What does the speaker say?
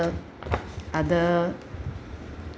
other